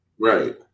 right